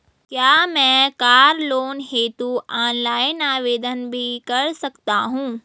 क्या मैं car loan हेतु ऑनलाइन आवेदन भी कर सकता हूँ?